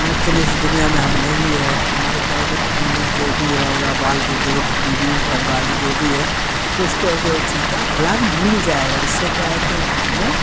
मान के चलिए जैसे दुनिया में हम नहीं है तो हमारे क्या है की फैमिली जो भी रहेगा बाल बुजुर्ग बीवी घरवाली जो भी है तो उसको उस चीज का लाभ मिल जाएगा इससे क्या है कि हमें